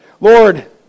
Lord